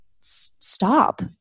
stop